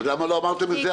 אז למה לא אמרתם את זה אז?